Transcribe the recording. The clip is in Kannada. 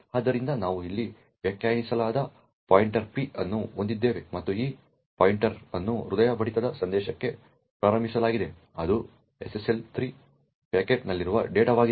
ಆದ್ದರಿಂದ ನಾವು ಇಲ್ಲಿ ವ್ಯಾಖ್ಯಾನಿಸಲಾದ ಪಾಯಿಂಟರ್ p ಅನ್ನು ಹೊಂದಿದ್ದೇವೆ ಮತ್ತು ಈ ಪಾಯಿಂಟರ್ ಅನ್ನು ಹೃದಯ ಬಡಿತದ ಸಂದೇಶಕ್ಕೆ ಪ್ರಾರಂಭಿಸಲಾಗಿದೆ ಅದು SSL 3 ಪ್ಯಾಕೆಟ್ನಲ್ಲಿರುವ ಡೇಟಾವಾಗಿದೆ